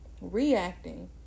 reacting